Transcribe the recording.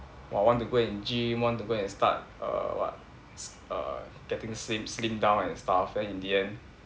!wah! want to go and gym want to go and start err what err getting slim slim down and stuff then in the end